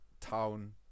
town